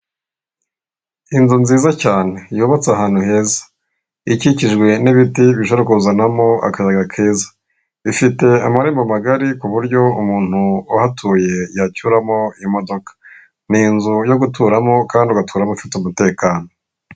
Inzu nziza cyane yubatse ahantu heza, ikikijwe n'ibiti bishobora kuzanamo akayaga keza. Ifite amarembo magari ku buryo umuntu uhatuye, yacyuramo imodoka. Ni inzu yo guturamo kandi ugaturamo ufite umutekano.